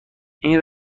این